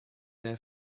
their